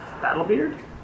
Battlebeard